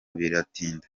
biratinda